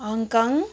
Hong Kong